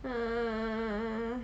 ah